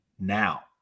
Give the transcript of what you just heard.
now